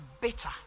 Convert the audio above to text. bitter